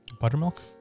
Buttermilk